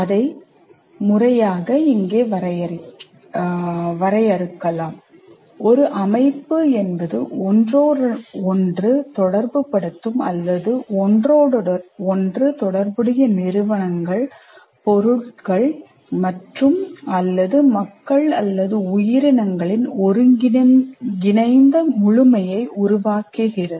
அதை முறையாக இங்கே வரையறுக்கிறோம் ஒரு அமைப்பு என்பது ஒன்றோடொன்று தொடர்புபடுத்தும் அல்லது ஒன்றோடொன்று தொடர்புடைய நிறுவனங்கள் பொருள்கள் மற்றும் அல்லது மக்கள் அல்லது உயிரினங்களின் ஒருங்கிணைந்த முழுமையை உருவாக்குகிறது